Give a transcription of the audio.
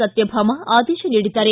ಸತ್ಯಭಾಮ ಆದೇಶ ನೀಡಿದ್ದಾರೆ